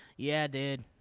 yeah, dude.